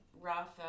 Rafa